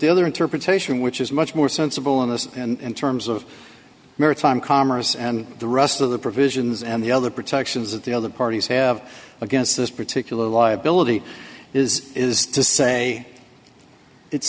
the other interpretation which is much more sensible in this in terms of maritime commerce and the rest of the provisions and the other protections that the other parties have against this particular liability is is to say it's